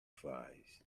fries